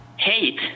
hate